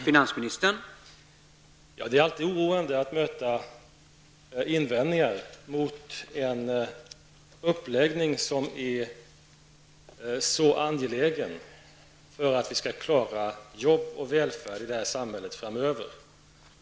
Herr talman! Det är alltid oroande att möta invändningar mot en uppläggning som är så angelägen för att vi skall kunna klara arbete och välfärd i samhället framöver.